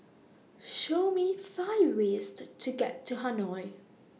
Show Me five ways to to get to Hanoi